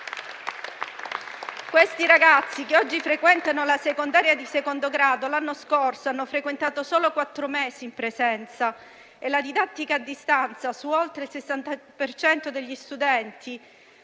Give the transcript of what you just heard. Questi ragazzi, che oggi frequentano la secondaria di secondo grado, l'anno scorso hanno frequentato solo quattro mesi in presenza e la didattica a distanza su oltre il 60 per cento